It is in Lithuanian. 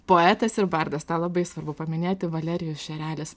poetas ir bardas tą labai svarbu paminėti valerijus šerelis